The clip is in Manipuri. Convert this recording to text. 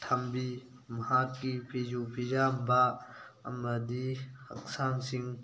ꯊꯝꯕꯤ ꯃꯍꯥꯛꯀꯤ ꯐꯤꯁꯨ ꯐꯤꯖꯥꯝꯕ ꯑꯃꯗꯤ ꯍꯛꯆꯥꯡꯁꯤꯡ